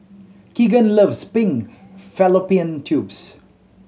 Kegan loves pig fallopian tubes